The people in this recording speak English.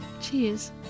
Cheers